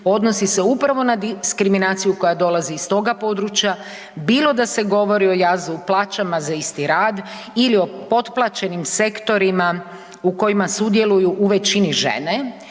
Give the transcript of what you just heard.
odnosi se upravo na diskriminaciju koja dolazi iz toga područja, bilo da se govori o jazu u plaćama za isti rad ili potplaćenim sektorima u kojima sudjeluju u većini žene,